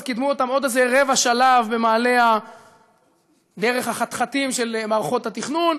אז קידמו אותן עוד איזה רבע שלב במעלה דרך החתחתים של מערכות התכנון.